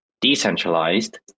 decentralized